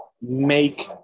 make